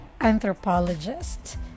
anthropologist